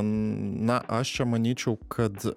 na aš čia manyčiau kad